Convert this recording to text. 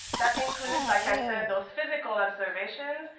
that includes like i said, those physical observations,